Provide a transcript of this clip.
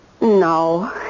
No